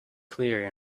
clear